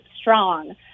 strong